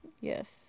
Yes